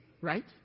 right